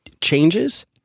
changes